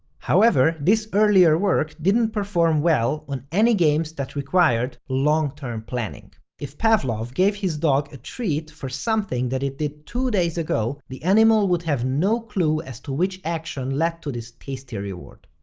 however, this earlier work didn't perform well on any other games that required long-term planning. if pavlov gave his dog a treat for something that it did two days ago, the animal would have no clue as to which action led to this tasty reward.